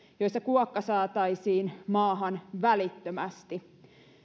se kuokka saataisiin maahan välittömästi